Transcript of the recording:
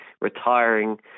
retiring